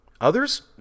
Others